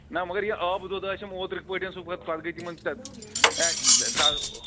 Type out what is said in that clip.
نہ مگر یہِ آبہٕ دۄد آسیم اوترٕکۍ پٲٹھۍ سُہ پَتہٕ پَتہٕ گٔے تِمن